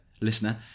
listener